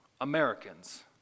Americans